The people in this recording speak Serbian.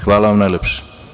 Hvala vam najlepše.